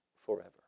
Forever